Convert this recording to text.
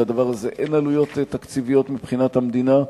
לדבר הזה אין עלויות תקציביות מבחינת המדינה,